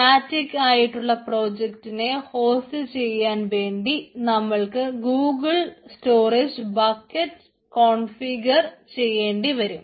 static ആയിട്ടുള്ള പേജിനെ host ചെയ്യാൻ വേണ്ടി നമ്മൾക്ക് ഗൂഗിൾ സ്റ്റോറേജ് ബക്കറ്റ് കോൺഫിഗർ ചെയ്യേണ്ടിവരും